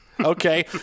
Okay